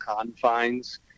confines